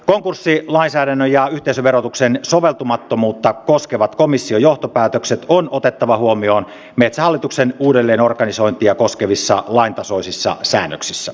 konkurssilainsäädännön ja yhteisöverotuksen soveltumattomuutta koskevat komission johtopäätökset on otettava huomioon metsähallituksen uudelleenorganisointia koskevissa laintasoisissa säännöksissä